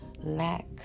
lack